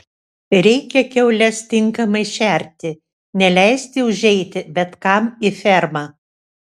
reikia kiaules tinkamai šerti neleisti užeiti bet kam į fermą